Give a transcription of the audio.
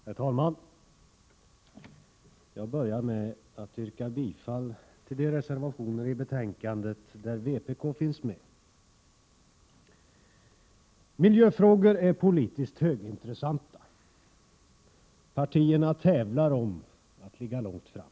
Herr talman! Jag vill börja med att yrka bifall till de reservationer till 6 juni 1988. betänkandet som vpk har varit med om att avge. Miljöfrågor är politiskt högintressanta. Partierna tävlar om att ligga långt framme.